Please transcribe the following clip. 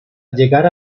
llegar